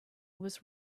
was